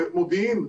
ואת מודיעין.